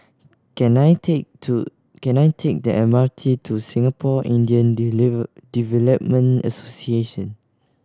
can I take to can I take the M R T to Singapore Indian Development Association